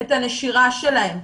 את הנשירה שלהם.